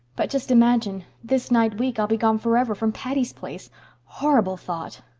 but just imagine this night week i'll be gone forever from patty's place horrible thought!